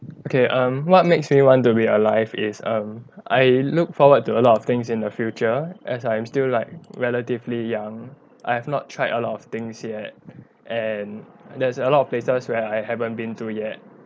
okay um what makes me want to be alive is um I look forward to a lot of things in the future as I am still like relatively young I have not tried a lot of things yet and there's a lot of places where I haven't been to yet